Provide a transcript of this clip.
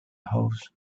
hose